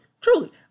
truly